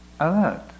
Alert